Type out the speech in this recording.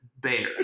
Bears